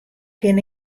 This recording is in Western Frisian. kin